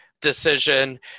decision